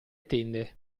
tende